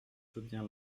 soutenir